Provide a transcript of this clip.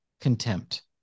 contempt